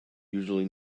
usually